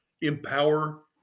empower